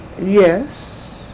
Yes